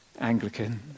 Anglican